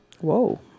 Whoa